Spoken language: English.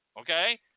Okay